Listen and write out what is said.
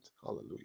Hallelujah